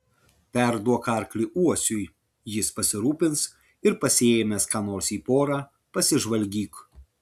perduok arklį uosiui jis pasirūpins ir pasiėmęs ką nors į porą pasižvalgyk